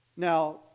Now